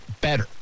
better